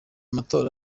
matora